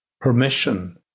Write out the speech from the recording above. permission